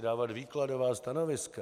Dávat výkladová stanoviska.